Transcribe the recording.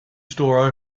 store